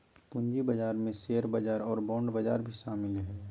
पूँजी बजार में शेयर बजार और बांड बजार भी शामिल हइ